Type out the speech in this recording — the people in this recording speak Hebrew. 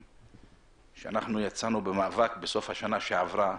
שאנחנו יצאנו במאבק בסוף השנה שעברה,